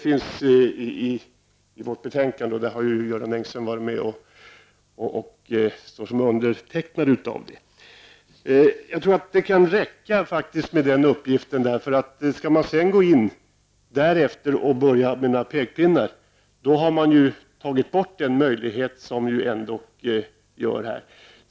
Det står i vårt betänkande, där Göran Engström finns med som undertecknare. Jag tror att det kan räcka med den uppgiften. Om man sedan skall börja med några pekpinnar har man ju tagit bort den möjlighet som finns här.